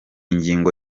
ngingo